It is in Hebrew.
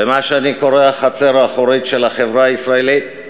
במה שאני קורא החצר האחורית של החברה הישראלית,